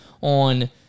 on